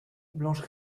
blanche